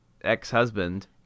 ex-husband